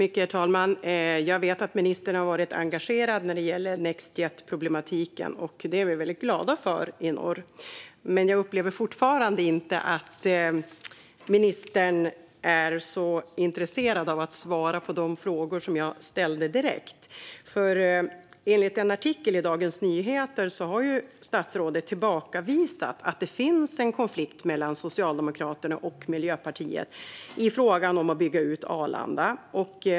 Herr talman! Jag vet att ministern har varit engagerad när det gäller problematiken med Nextjet, och det är vi väldigt glada för i norr. Men jag upplever fortfarande inte att ministern är så intresserad av att svara på de frågor som jag ställde direkt. Enligt en artikel i Dagens Nyheter har statsrådet tillbakavisat att det finns en konflikt mellan Socialdemokraterna och Miljöpartiet i frågan om att bygga ut Arlanda.